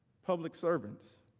public servants.